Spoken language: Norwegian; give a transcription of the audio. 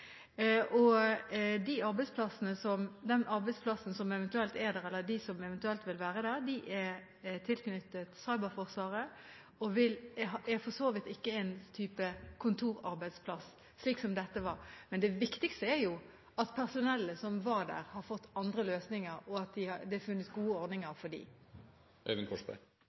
Den arbeidsplassen som eventuelt er der, eller de som eventuelt vil være der, er tilknyttet cyberforsvaret og er for så vidt ikke en type kontorarbeidsplass – slik som dette var. Men det viktigste er at personellet som var der, har fått andre løsninger, og at det er funnet gode ordninger for dem. Jeg takker statsråden for svaret. Det stemmer at de